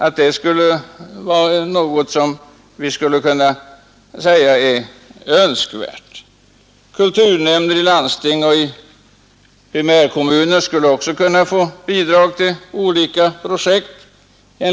Enligt vad herr Källstad sade skulle också kulturnämnder i landsting och primärkommuner kunna få bidrag till olika projekt.